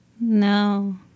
No